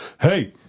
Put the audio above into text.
hey